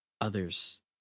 others